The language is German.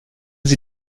sie